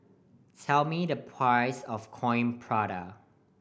tell me the price of Coin Prata